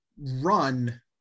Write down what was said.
run